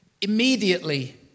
Immediately